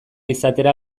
izatera